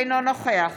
אינו נוכח